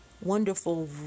wonderful